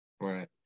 Right